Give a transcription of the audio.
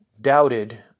doubted